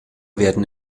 werden